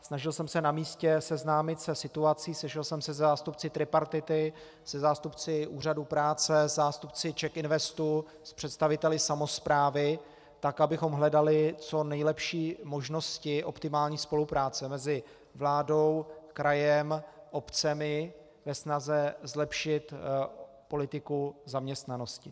Snažil jsem se na místě seznámit se situací, sešel jsem se se zástupci tripartity, se zástupci úřadu práce, se zástupci CzechInvestu, s představiteli samosprávy, tak abychom hledali co nejlepší možnosti optimální spolupráce mezi vládou, krajem, obcemi, ve snaze zlepšit politiku zaměstnanosti.